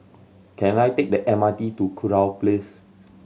can I take the M R T to Kurau Place